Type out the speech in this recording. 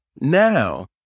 now